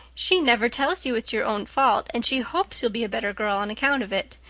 she never tells you it's your own fault and she hopes you'll be a better girl on account of it.